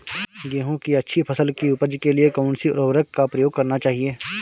गेहूँ की अच्छी फसल की उपज के लिए कौनसी उर्वरक का प्रयोग करना चाहिए?